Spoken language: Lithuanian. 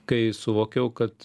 kai suvokiau kad